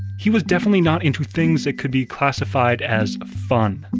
he was definitely not into things that could be classified as fun,